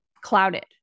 clouded